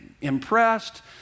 impressed